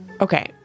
Okay